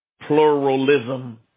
pluralism